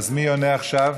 אז מי עונה עכשיו?